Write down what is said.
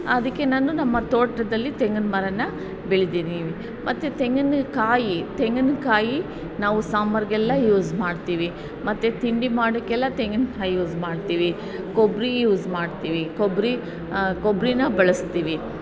ಅದಕ್ಕೆ ನಾನು ನಮ್ಮ ತೋಟದಲ್ಲಿ ತೆಂಗಿನ ಮರನ ಬೆಳೆದೀನಿ ಮತ್ತು ತೆಂಗಿನಕಾಯಿ ತೆಂಗಿನಕಾಯಿ ನಾವು ಸಾಂಬಾರಿಗೆಲ್ಲ ಯೂಸ್ ಮಾಡ್ತೀವಿ ಮತ್ತು ತಿಂಡಿ ಮಾಡೋಕ್ಕೆಲ್ಲಾ ತೆಂಗಿನಕಾಯಿ ಯೂಸ್ ಮಾಡ್ತೀವಿ ಕೊಬ್ಬರಿ ಯೂಸ್ ಮಾಡ್ತೀವಿ ಕೊಬ್ಬರಿ ಕೊಬ್ಬರಿನಾ ಬಳಸ್ತೀವಿ